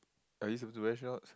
are you supposed to wear socks